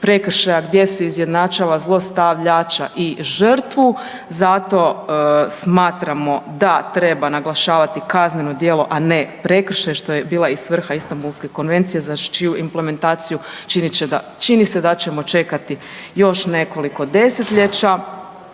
prekršaja gdje se izjednačava zlostavljača i žrtvu. Zato smatramo da treba naglašavati kazneno djelo, a ne prekršaj što je bila i svrha Istanbulske konvencije za čiju implementaciju čini se da ćemo čekati još nekoliko desetljeća,